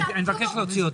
אני מבקש להוציא אותה.